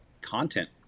content